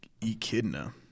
Echidna